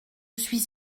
suis